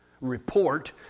report